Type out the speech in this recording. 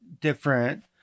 different